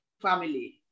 family